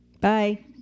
Bye